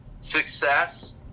success